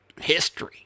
History